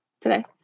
today